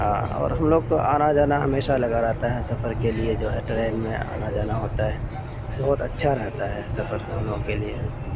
اور ہم لوگ کو آنا جانا ہمیشہ لگا رہتا ہے سفر کے لیے جو ہے ٹرین میں آنا جانا ہوتا ہے بہت اچھا رہتا ہے سفر ہم لوگوں کے لیے